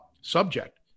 subject